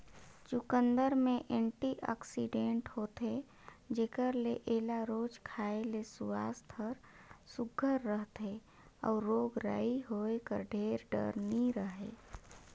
चुकंदर में एंटीआक्सीडेंट होथे जेकर ले एला रोज खाए ले सुवास्थ हर सुग्घर रहथे अउ रोग राई होए कर ढेर डर नी रहें